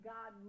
God